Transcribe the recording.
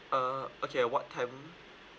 uh okay ah what time